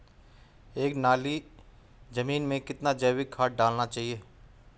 एक नाली जमीन में कितना जैविक खाद डालना चाहिए?